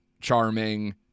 charming